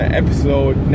episode